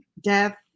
death